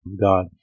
God